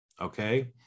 Okay